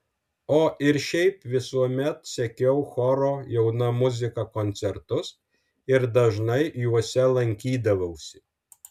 o ir šiaip visuomet sekiau choro jauna muzika koncertus ir dažnai juose lankydavausi